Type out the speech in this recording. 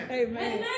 amen